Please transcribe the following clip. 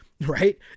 right